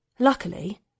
Luckily